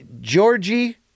Georgie